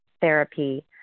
therapy